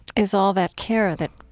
is all that care that,